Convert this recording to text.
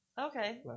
okay